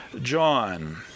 John